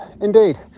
indeed